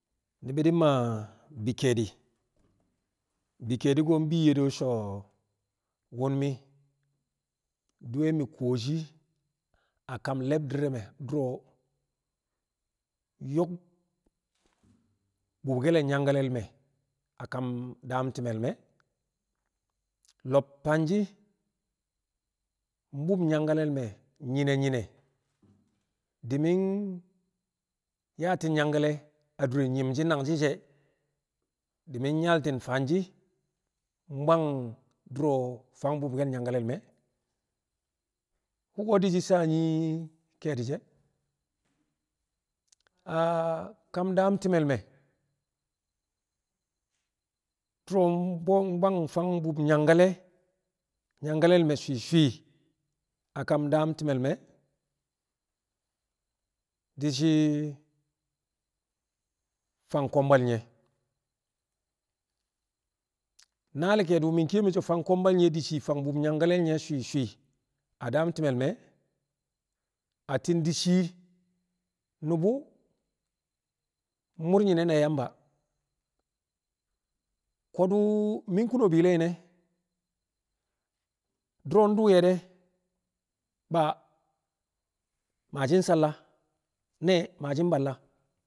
Ni̱bi̱ di̱ maa bi ke̱e̱di̱, bi ke̱e̱di̱ ko̱ bi ye̱ de so wun mi duwe mi nkoshi a kan lebdir le me duro yok bub gele nyangalel me a kam dam timel me lob fanji mbub nyangalel me nyine nyine di min yafin yangale a dure nyimji nangji je di min nyatin fanji, bwang fang bub gel nyangalel me wugo diji shaa nyii kedi je kam dam timel me duro bwang fang bub nyangalel me swi- swi a kam dam timel me dishi fang kombal nye naal kedi wu min ke fang kombal nye di shii fang bub nyangalel me swi- swi a dam timel me a tin di shi nubu mur nyine na yamba kodu min kuno bileyin ne duro du yede ba ma jin salla, ne ma jin balla